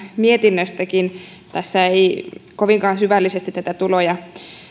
mietinnöstäkin tässä ei kovinkaan syvällisesti tätä tulo ja